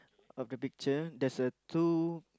of the picture there's a two